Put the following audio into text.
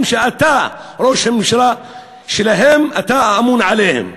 שאתה ראש הממשלה שלהם ואתה אמון עליהם.